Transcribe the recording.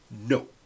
no